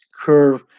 curve